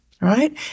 right